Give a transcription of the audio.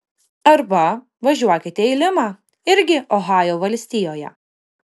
arba važiuokite į limą irgi ohajo valstijoje